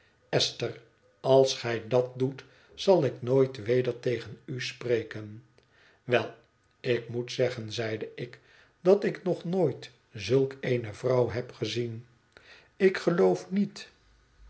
esther als gij dat doet zal ik nooit weder tegen u spreken wel ik moet zeggen zeide ik dat ik nog nooit zulk eene vrouw heb gezien ik geloof niet